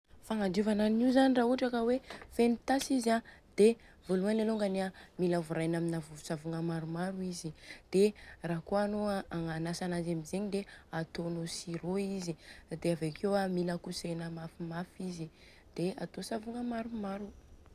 Fagnadiovana anio zany raha ohatra ka hoe feno tasy izy an dia voalohany alôngany an mila vorahina amina vovosavogna maromaro izy. Dia raha kôa anô an anasa ananjy amzegny dia atônô sur eau izy. Dia avekeo an mila kosehina mafymafy izy dia atô savogna maromaro.